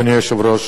אדוני היושב-ראש,